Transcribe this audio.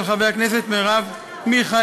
של חברת הכנסת מרב מיכאלי.